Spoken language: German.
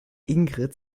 ingrid